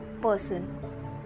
person